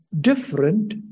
different